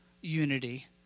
unity